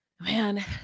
Man